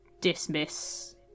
dismiss